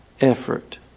effort